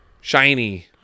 shiny